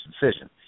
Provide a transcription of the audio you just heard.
decision